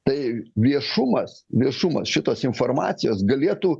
tai viešumas viešumas šitos informacijos galėtų